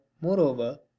moreover